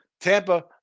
Tampa